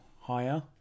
higher